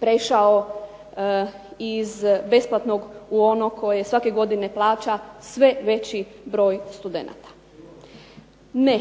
prešao iz besplatnog u ono koje svake godine plaća sve veći broj studenata. Ne,